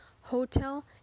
hotel